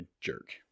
jerk